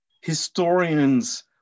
historians